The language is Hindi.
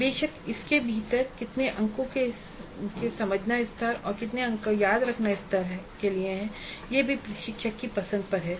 बेशक उसके भीतर कितने अंक के समझना स्तर और कितने अंक याद रखनाके स्तर के लिए है यह भी प्रशिक्षक की पसंद पर है